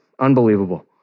unbelievable